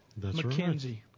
McKenzie